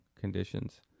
conditions